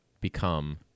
become